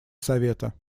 совета